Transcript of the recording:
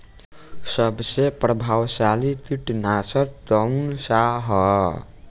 सबसे प्रभावशाली कीटनाशक कउन सा ह?